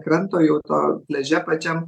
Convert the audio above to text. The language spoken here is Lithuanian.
kranto jau to pliaže pačiam